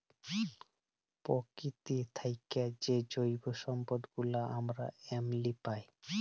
পকিতি থ্যাইকে যে জৈব সম্পদ গুলা আমরা এমলি পায়